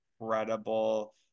incredible